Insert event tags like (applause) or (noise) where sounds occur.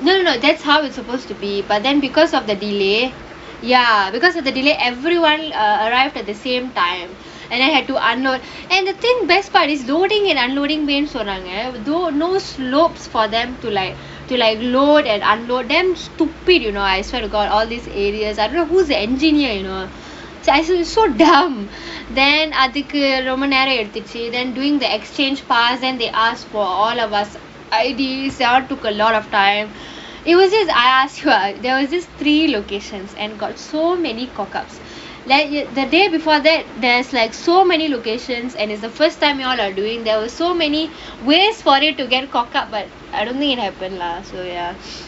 no no no that's how it's supposed to be but then because of the delay ya because of the delay everyone err arrived at the same time (breath) and have to unload and the thing best part is loading and unloading bay சொல்றாங்க:solraanga no slopes for them to like to like load and unload damn stupid you know I swear to god all these areas I don't know who is the engineer you know so dumb then அதுக்கு ரொம்ப நேரம் எடுத்துச்சி:athukku romba neram edutthuchchi during the exchange past then they asked for all of us I_D_S say us took a lot of time it wasn't us (laughs) there was just three locations and got so many comments then that day before that there are like so many locations and the first time you all are doing there were so many ways for you to get cock up but I don't think happen lah so ya